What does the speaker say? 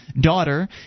daughter